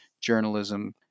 journalism